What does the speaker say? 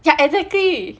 ya exactly